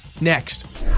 Next